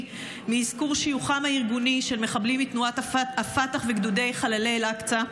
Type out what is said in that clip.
מאזכור שיוכם הארגוני של מחבלים מתנועת הפתח וגדודי חללי אל-אקצא,